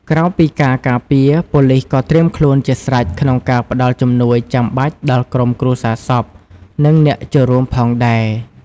ក្រៅពីការការពារ ប៉ូលីសក៏ត្រៀមខ្លួនជាស្រេចក្នុងការផ្តល់ជំនួយចាំបាច់ដល់ក្រុមគ្រួសារសព និងអ្នកចូលរួមផងដែរ។